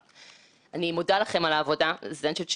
אפקטיבי על הרגולטורים, ובכלל בחברה הישראלית.